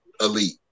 elite